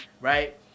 right